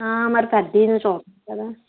మరి పెద్దవి